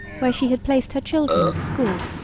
where she had placed her children at school.